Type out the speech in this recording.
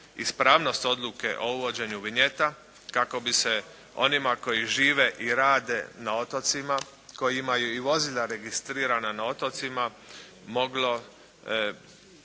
ispravnost odluke o uvođenju "vinjeta" kako bi se onima koji žive i rade na otocima, koji imaju i vozila registrirana na otocima moglo